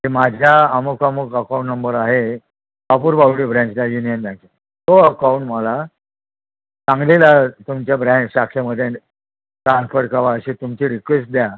की माझ्या अमक अमूक अकाऊंट नंबर आहे कापूरबावडी ब्रँचचा युनियन बँकचा तो अकाऊंट मला सांगलीला तुमच्या ब्रँच शाखेमध्ये ट्रान्सफर करावा अशी तुमची रिक्वेस्ट द्या